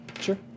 Sure